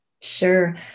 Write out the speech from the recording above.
Sure